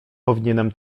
powinienem